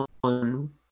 one